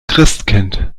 christkind